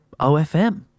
OFM